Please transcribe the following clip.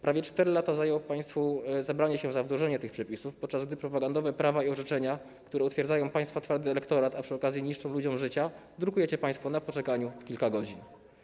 Prawie 4 lata zajęło państwu zabranie się za wdrożenie tych przepisów, podczas gdy propagandowe prawa i orzeczenia, które utwierdzają państwa twardy elektorat, a przy okazji niszczą ludziom życia, drukujecie państwo na poczekaniu w kilka godzin.